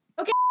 Okay